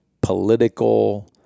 political